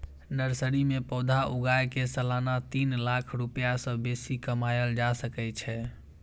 nursery मे पौधा उगाय कें सालाना तीन लाख रुपैया सं बेसी कमाएल जा सकै छै